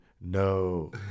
no